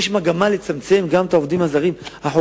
יש מגמה לצמצם גם את מספר העובדים הזרים החוקיים,